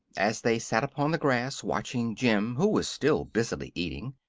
as they sat upon the grass watching jim, who was still busily eating,